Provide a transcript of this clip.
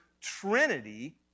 Trinity